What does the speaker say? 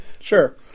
Sure